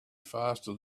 faster